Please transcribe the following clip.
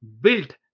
built